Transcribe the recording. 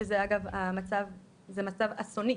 שזה אגב מצב אסוני,